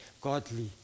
godly